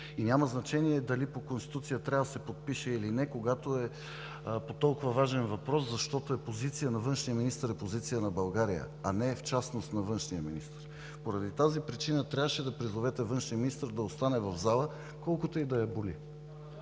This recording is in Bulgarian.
И няма значение дали по Конституция трябва да се подпише или не, когато е по толкова важен въпрос, защото е позиция на външния министър – позиция е на България, а не е в частност на външния министър. Поради тази причина трябваше да призовете външния министър да остане в залата, колкото и да я боли.